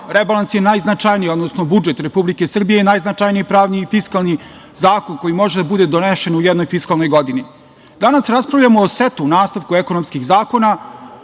rebalans, odnosno budžet Republike Srbije je najznačajniji pravni i fiskalni zakon koji može da bude donesen u jednoj fiskalnoj godini. Danas raspravljamo o setu, nastavku ekonomskih zakona